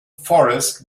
forest